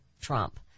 Trump